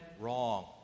wrong